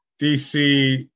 dc